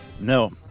No